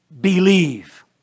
believe